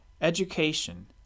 Education